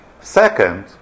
Second